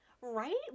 Right